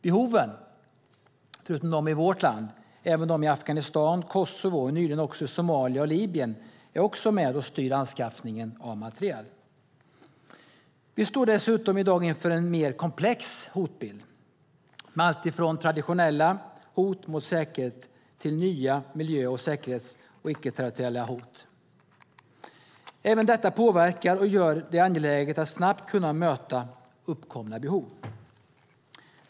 Behoven, förutom i vårt land även de i Afghanistan, Kosovo och nyligen också Somalia och Libyen, är med och styr anskaffningen av materiel. Vi står dessutom i dag inför en mer komplex hotbild med alltifrån traditionella hot mot säkerheten till nya miljö-, säkerhets och icke-territoriella hot. Även detta påverkar och gör det angeläget att snabbt kunna möta uppkomna behov.